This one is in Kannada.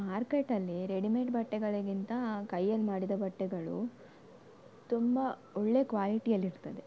ಮಾರ್ಕೆಟಲ್ಲಿ ರೆಡಿಮೇಡ್ ಬಟ್ಟೆಗಳಿಗಿಂತ ಕೈಯಲ್ಲಿ ಮಾಡಿದ ಬಟ್ಟೆಗಳು ತುಂಬ ಒಳ್ಳೆ ಕ್ವಾಲಿಟಿಯಲ್ಲಿರ್ತದೆ